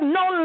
no